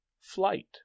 flight